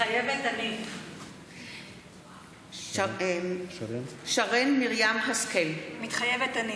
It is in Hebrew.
מתחייבת אני שרן מרים השכל, מתחייבת אני